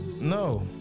No